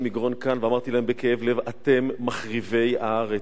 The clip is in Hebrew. מגרון כאן ואמרתי להם בכאב לב: אתם מחריבי הארץ.